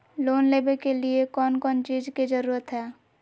Loan लेबे के लिए कौन कौन चीज के जरूरत है?